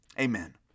Amen